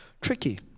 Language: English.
tricky